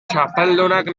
txapeldunak